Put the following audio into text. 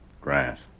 Grass